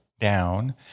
down